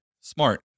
smart